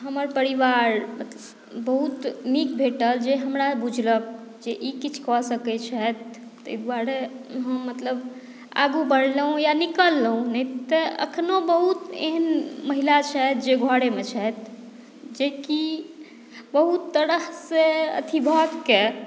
हमर परिवार बहुत नीक भेटल जे हमरा बुझलक जे ई किछु कऽ सकैत छथि ताहि द्वारे हम मतलब आगू बढ़लहुँ या निकललहुँ नहि तऽ एखनहु बहुत एहन महिला छथि जे घरेमे छथि जेकि बहुत तरहसँ अथी बातके